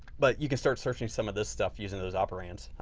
but you can start searching some of this stuff using those operands.